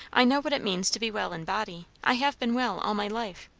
i know what it means to be well in body. i have been well all my life.